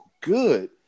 good